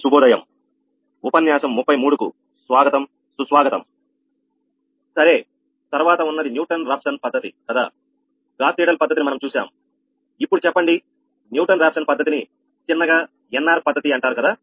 సరే తర్వాత ఉన్నది న్యూటన్ రాఫ్సన్ పద్ధతి కదా గాస్ సీడెల్ పద్ధతిని మనం చూశాం ఇప్పుడు చెప్పండి న్యూటన్ రాఫ్సన్ పద్ధతిని చిన్నగా NR పద్ధతి అంటారు కదా